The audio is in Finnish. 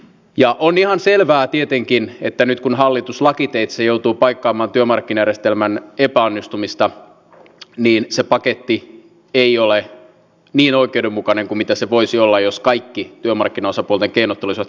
ja on ihan selvää tietenkin että nyt kun hallitus lakiteitse joutuu paikkaamaan työmarkkinajärjestelmän epäonnistumista niin iso paketti ei ole vii oikeudenmukainen mitä se voisi olla jos kaikki työmarkkinaosapuolten keinot olivat